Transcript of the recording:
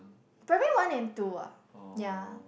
primary one and two ah ya